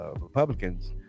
republicans